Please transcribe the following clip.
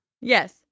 Yes